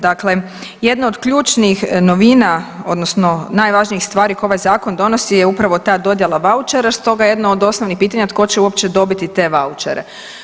Dakle, jedno od ključnih novina odnosno najvažnijih stvari koje ovaj zakon donosi je upravo ta dodjela vaučera stoga je jedno od osnovnih pitanja tko će uopće dobiti te vaučere.